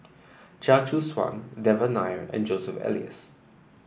Chia Choo Suan Devan Nair and Joseph Elias